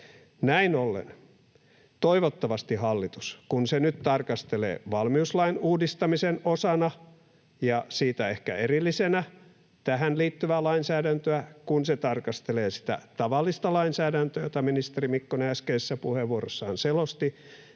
Näin ollen, kun hallitus nyt tarkastelee valmiuslain uudistamisen osana ja siitä ehkä erillisenä tähän liittyvää lainsäädäntöä, kun se tarkastelee sitä tavallista lainsäädäntöä, jota ministeri Mikkonen äskeisessä puheenvuorossaan selosti,